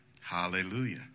Hallelujah